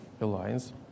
alliance